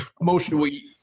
Emotionally